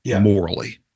morally